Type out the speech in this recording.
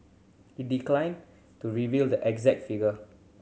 he declined to reveal the exact figure